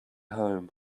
home